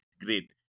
great